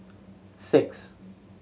six